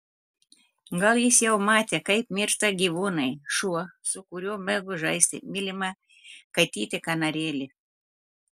gal jis jau matė kaip miršta gyvūnai šuo su kuriuo mėgo žaisti mylima katytė kanarėlė